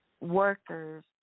workers